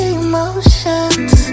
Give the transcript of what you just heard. emotions